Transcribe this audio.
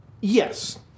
Yes